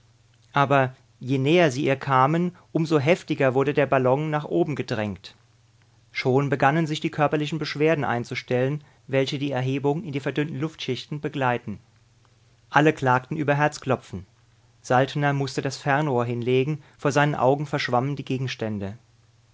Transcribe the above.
aber je näher sie ihr kamen um so heftiger wurde der ballon noch oben gedrängt schon begannen sich die körperlichen beschwerden einzustellen welche die erhebung in die verdünnten luftschichten begleiten alle klagten über herzklopfen saltner mußte das fernrohr hinlegen vor seinen augen verschwammen die gegenstände